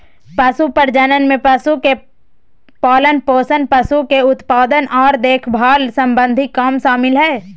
पशु प्रजनन में पशु के पालनपोषण, पशु के उत्पादन आर देखभाल सम्बंधी काम शामिल हय